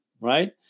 Right